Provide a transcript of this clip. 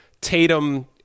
Tatum